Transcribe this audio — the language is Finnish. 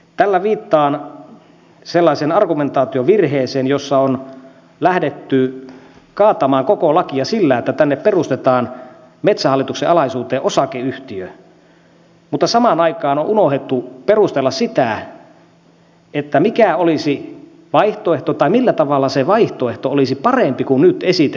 tällä viittaan sellaiseen argumentaatiovirheeseen jossa on lähdetty kaatamaan koko lakia sillä että perustetaan metsähallituksen alaisuuteen osakeyhtiö mutta samaan aikaan on unohdettu perustella sitä mikä olisi vaihtoehto tai millä tavalla se vaihtoehto olisi parempi kuin nyt esitetty vaihtoehto